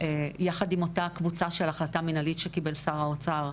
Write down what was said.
יחד עם אותה קבוצה של החלטה מנהלית שקיבל שר האוצר,